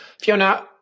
Fiona